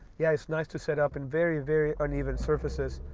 yeah, it's nice to set up in very, very uneven surfaces.